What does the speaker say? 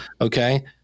Okay